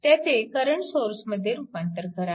त्याचे करंट सोर्समध्ये रूपांतर करा